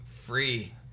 Free